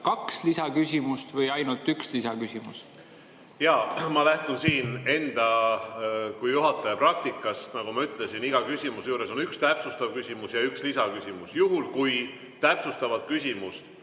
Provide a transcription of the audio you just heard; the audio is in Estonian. kaks lisaküsimust või ainult ühe lisaküsimuse? Ma lähtun siin enda kui juhataja praktikast. Nagu ma ütlesin, iga küsimuse juures on üks täpsustav küsimus ja üks lisaküsimus. Juhul kui täpsustavat küsimust